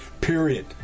Period